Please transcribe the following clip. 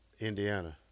Indiana